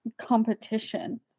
competition